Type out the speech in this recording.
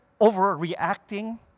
overreacting